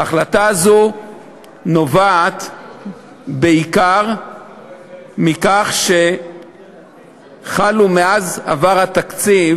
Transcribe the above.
ההחלטה הזאת נובעת בעיקר מכך שחלו מאז עבר התקציב